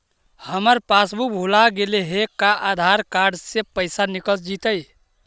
हमर पासबुक भुला गेले हे का आधार कार्ड से पैसा निकल जितै?